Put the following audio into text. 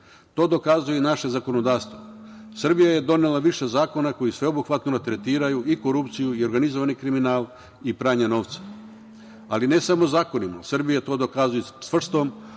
To dokazuje i naše zakonodavstvo. Srbija je donela više zakona koji sveobuhvatno tretiraju i korupciju i organizovani kriminal i pranje novca, ali, ne samo zakonima, Srbija je to dokazala čvrstom